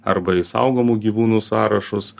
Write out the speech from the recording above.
arba į saugomų gyvūnų sąrašus